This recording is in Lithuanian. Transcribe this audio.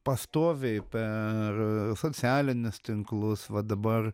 pastoviai per socialinius tinklus va dabar